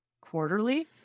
quarterly